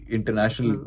International